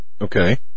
Okay